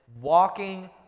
walking